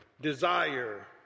desire